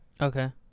Okay